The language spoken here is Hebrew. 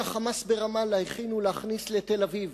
ה"חמאס" ברמאללה הכינו להכניס לתל-אביב.